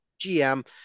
GM